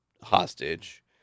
hostage